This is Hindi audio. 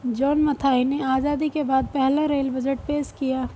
जॉन मथाई ने आजादी के बाद पहला रेल बजट पेश किया